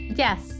Yes